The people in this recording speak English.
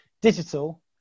digital